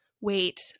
wait